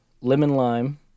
lemon-lime